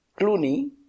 Clooney